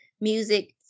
music